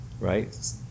right